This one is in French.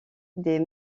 des